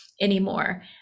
anymore